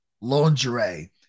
lingerie